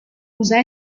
usa